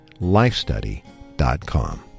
lifestudy.com